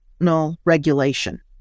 regulation